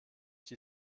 die